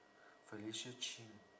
felicia chin